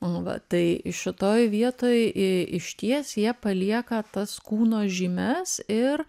nu va tai šitoj vietoj išties jie palieka tas kūno žymes ir